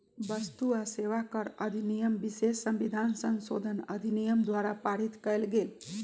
वस्तु आ सेवा कर अधिनियम विशेष संविधान संशोधन अधिनियम द्वारा पारित कएल गेल